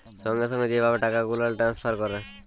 সঙ্গে সঙ্গে যে ভাবে টাকা গুলাল টেলেসফার ক্যরে